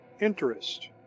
Interest